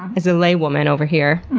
as a laywoman over here,